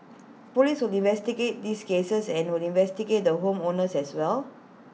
Police will investigate these cases and we'll investigate the home owners as well